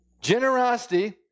Generosity